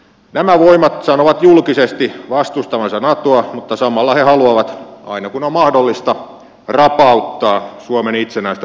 nämä voimat sanovat julkisesti vastustavansa natoa mutta samalla he haluavat aina kun on mahdollista rapauttaa suomen itsenäistä puolustusta